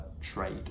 trade